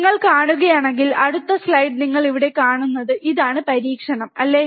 നിങ്ങൾ കാണുകയാണെങ്കിൽ അടുത്ത സ്ലൈഡ് നിങ്ങൾ ഇവിടെ കാണുന്നത് ഇതാണ് പരീക്ഷണം അല്ലേ